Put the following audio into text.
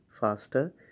faster